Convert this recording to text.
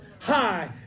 high